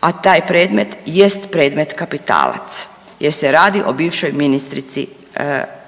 a taj predmet jest predmet kapitalac jer se radi o bivšoj ministrici Gabrijeli